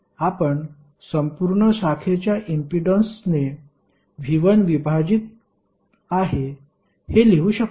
आपण संपूर्ण शाखेच्या इम्पीडन्सने V1 विभाजित आहे हे लिहू शकतो